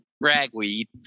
Ragweed